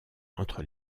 entre